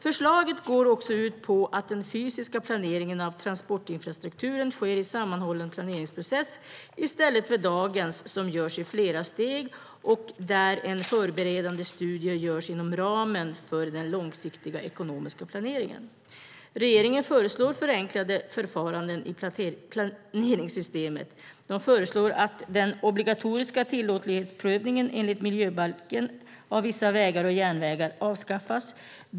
Förslaget går också ut på att den fysiska planeringen av transportinfrastrukturen sker i en sammanhållen planeringsprocess i stället för dagens process, som görs i flera steg och där en förberedande studie görs inom ramen för den långsiktiga ekonomiska planeringen. Regeringen föreslår förenklade förfaranden i planeringssystemet. Den föreslår att den obligatoriska tillåtlighetsprövningen enligt miljöbalken av vissa vägar och järnvägar avskaffas.